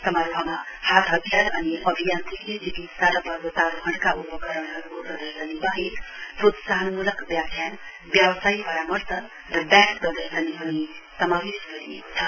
समारोहमा हहात हतियार अनि अभियान्ट्रिकी चिकित्सा र पर्वतारोहणका उपकरणहरुको प्रदर्शनी वाहेक प्रोत्साहनमूलक व्याख्यान व्यावसाय परामर्श र व्याण्ड प्रदर्शनी पनि समावेश गरिएकोछ